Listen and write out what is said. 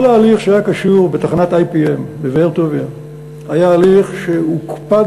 כל ההליך שהיה קשור בתחנת IPM בבאר-טוביה היה הליך שהוקפד